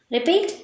Repeat